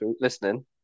listening